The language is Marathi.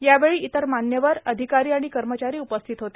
यावेळी इतर मान्यवर अधिकारी आणि कर्मचारी उपस्थित होते